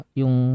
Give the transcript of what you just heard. yung